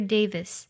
Davis 。